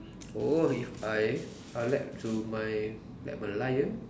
oh if I I like to my like Merlion